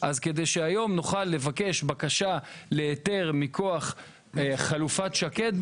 כדי שהיום נוכל לבקש בקשה להיתר מכוח "חלופת שקד",